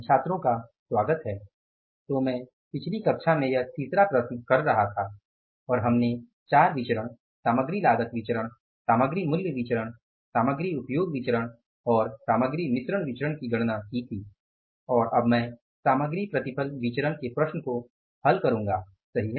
छात्रों का स्वागत है तो मैं पिछली कक्षा में यह तीसरा प्रश्न कर रहा था और हमने चार विचरण सामग्री लागत विचरण सामग्री मूल्य विचरण सामग्री उपयोग विचरण और सामग्री मिश्रण विचरण की गणना की थी और अब मैं सामग्री प्रतिफल विचरण के प्रश्न को हल करूँगा सही है